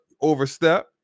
overstep